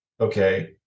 okay